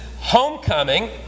homecoming